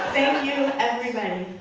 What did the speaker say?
and you everybody.